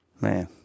man